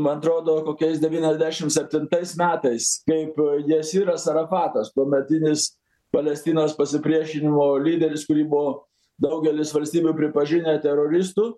man atrodo kokiais devyniasdešim septintais metais kaip jesyras arafatas tuometinis palestinos pasipriešinimo lyderis kurį buvo daugelis valstybių pripažinę teroristu